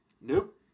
nope